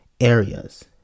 areas